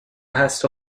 هست